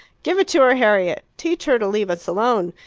give it to her, harriet! teach her to leave us alone.